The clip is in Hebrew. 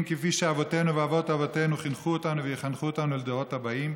כפי שאבותינו ואבות אבותינו חינכו אותנו ויחנכו אותנו לדורות הבאים,